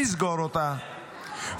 נסגור אותה,